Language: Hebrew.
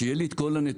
שיהיה לי את כל הנתונים.